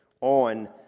on